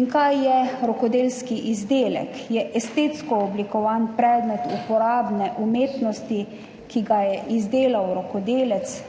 In kaj je rokodelski izdelek? Je estetsko oblikovan predmet uporabne umetnosti, ki ga je izdelal rokodelec.